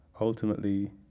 ultimately